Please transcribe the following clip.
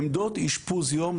עמדות אשפוז יום,